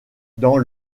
dans